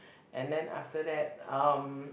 and then after that um